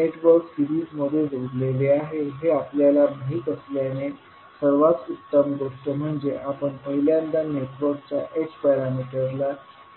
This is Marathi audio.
तर नेटवर्क सीरिजमध्ये जोडलेले आहे हे आपल्याला माहित असल्याने सर्वात उत्तम गोष्ट म्हणजे आपण पहिल्यांदा नेटवर्कच्या h पॅरामीटर्सला